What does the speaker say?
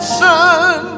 sun